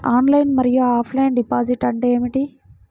Online మరియు offline deposit అంటే ఏమిటి?